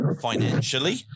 financially